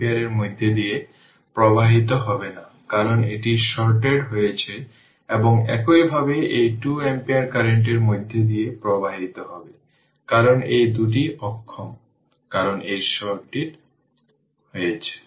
half ω R t half L I0 square 1 e থেকে power 2 t τ এটি equation 27